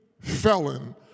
felon